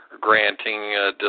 granting